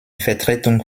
vertretung